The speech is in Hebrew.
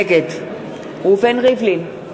נגד ראובן ריבלין,